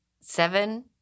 seven